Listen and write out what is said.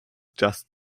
just